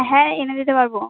হ্যাঁ এনে দিতে পারবো